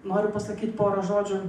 noriu pasakyt porą žodžių